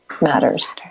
matters